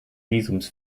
visums